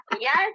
yes